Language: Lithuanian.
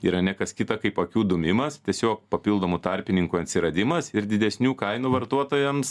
yra ne kas kita kaip akių dūmimas tiesiog papildomų tarpininkų atsiradimas ir didesnių kainų vartotojams